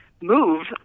move